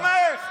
אתה תומך.